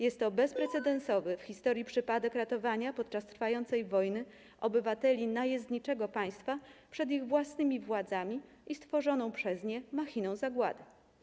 Jest to bezprecedensowy w historii przypadek ratowania podczas trwającej wojny obywateli najezdniczego państwa przed ich własnymi władzami i stworzoną przez nie machiną zagłady.